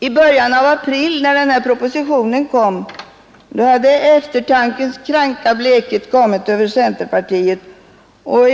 I början av april, när propositionen kom, hade eftertankens kranka blekhet kommit över centerpartiet.